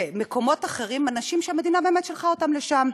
במקומות אחרים, אנשים שהמדינה באמת שלחה אותם לשם.